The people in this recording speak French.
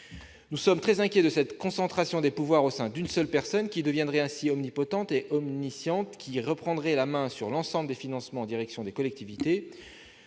Nous sommes très inquiets de cette concentration des pouvoirs au sein d'une seule personne, qui deviendrait ainsi omnipotente et omnisciente, reprenant la main sur l'ensemble des financements en direction des collectivités.